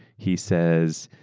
he says,